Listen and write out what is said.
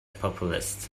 populist